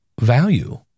value